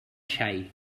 xai